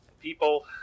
people